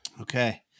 Okay